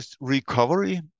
Recovery